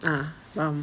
ah faham